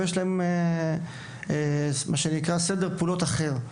ויש להם סדר פעולות אחר: